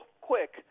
quick